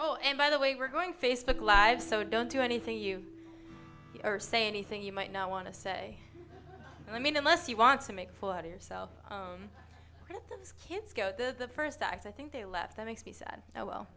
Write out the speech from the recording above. oh and by the way we're going facebook live so don't do anything you or say anything you might not want to say i mean unless you want to make for yourself right that's kids go the first act i think they left that makes me sad oh well